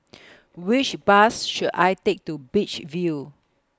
Which Bus should I Take to Beach View